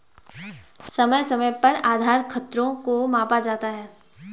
समय समय पर आधार खतरों को मापा जा सकता है